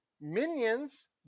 minions